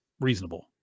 reasonable